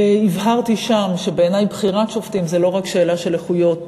הבהרתי שם שבעיני בחירת שופטים זה לא רק שאלה של איכויות מקצועיות.